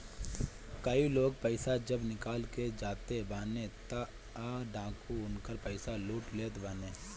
कई लोग पईसा जब निकाल के जाते बाने तअ डाकू उनकर पईसा लूट लेत बाने